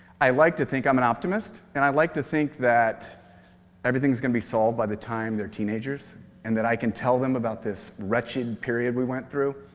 i like to think i'm an optimist, and i like to think that everything's going to be solved by the time they're teenagers and that i can tell them about this wretched period we went through.